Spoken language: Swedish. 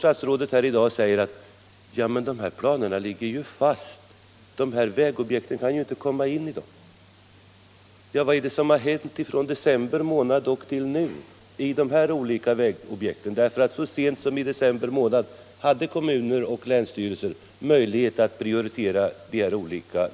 Sedan säger statsrådet: Ja, men de här planerna ligger ju fast. De här vägobjekten kan ju inte komma in i dessa planer. Vad är det som hänt från december månad och till nu beträffande dessa olika vägobjekt? Så sent som i december hade ju kommuner och länsstyrelser möjlighet att prioritera dessa objekt.